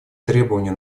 требования